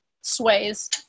sways